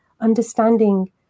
understanding